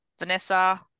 Vanessa